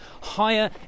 higher